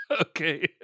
Okay